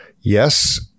yes